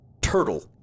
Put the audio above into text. turtle